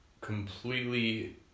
completely